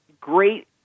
Great